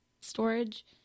storage